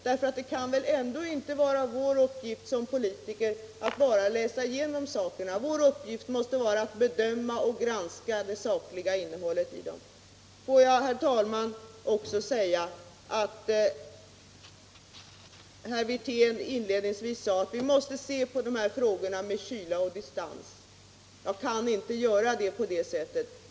Det kan väl ändå inte vara vår uppgift som politiker att bara läsa igenom handlingarna, utan vår uppgift måste vara att bedöma och granska det sakliga innehållet i dem. Herr Wirtén sade inledningsvis att vi måste se på de här frågorna med kyla och distans. Jag kan inte göra det.